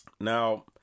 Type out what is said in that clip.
now